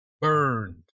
burned